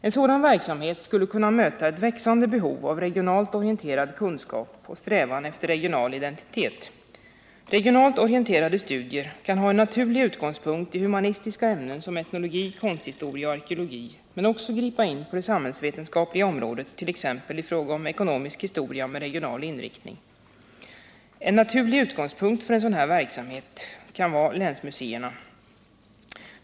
En sådan verksamhet skulle kunna möta ett växande behov av regionalt orienterad kunskap och strävan efter regional identitet. Regionalt orienterade studier kan ha en naturlig utgångspunkt i humanistiska ämnen som etnologi, konsthistoria och arkeologi men också gripa in på det samhällsvetenskapliga området, t.ex. i fråga om ekonomisk historia med regional inriktning. En naturlig utgångspunkt för en sådan verksamhet kan vara länsmuseerna.